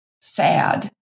sad